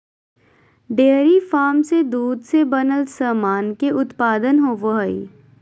dairy farm से दूध से बनल सामान के उत्पादन होवो हय